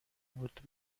بود